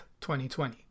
2020